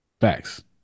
Facts